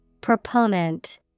Proponent